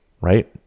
right